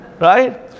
Right